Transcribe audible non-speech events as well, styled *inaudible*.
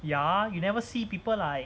ya you never see people like *noise*